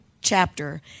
chapter